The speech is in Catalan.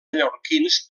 mallorquins